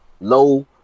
low